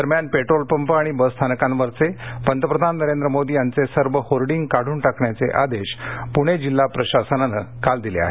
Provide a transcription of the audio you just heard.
दरम्यान petrol pump आणि बसस्थानकांवरचे पंतप्रधान नरेंद्र मोदी यांचे सर्व होर्डिंग काढून टाकण्याचे आदेश पूणे जिल्हा प्रशासनानंकाल दिले आहेत